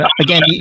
Again